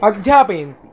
अध्यापयन्ति